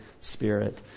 Spirit